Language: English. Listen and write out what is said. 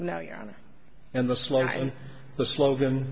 now you're on it and the slow and the slogan